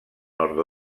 nord